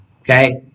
okay